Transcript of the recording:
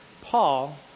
Paul